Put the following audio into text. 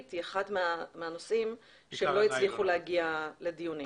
הייתה אחד מהנושאים שלא הצליחו להגיע לדיונים,